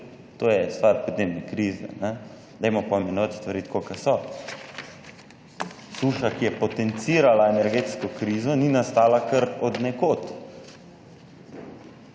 to je stvar podnebne krize. Dajmo poimenovati stvari tako kot so. Suša, ki je potencirala energetsko krizo, ni nastala kar od nekod.